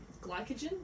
glycogen